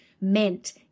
meant